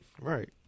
Right